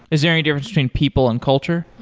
is there any difference between people and culture?